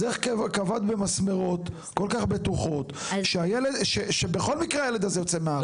אז איך קבעת במסמרות כל כך בטוחות שהילד בכל מקרה יוצא מהארץ?